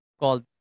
called